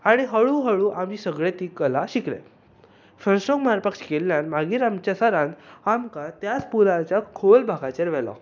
आनी हळू हळू आमी सगळे ती कला शिकले फ्रंट स्ट्रोक मारपाक शिकिल्ल्यान मागीर आमच्या सरान आमकां त्याच पुलाच्या खोल भागाचेर व्हेलो